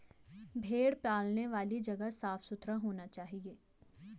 भेड़ पालने वाली जगह साफ सुथरा होना चाहिए